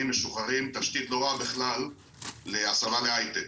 משוחררים תשתית לא רעה בכלל להסבה להייטק.